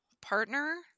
partner